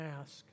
ask